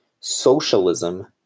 Socialism